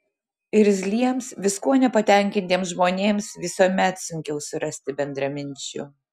irzliems viskuo nepatenkintiems žmonėms visuomet sunkiau surasti bendraminčių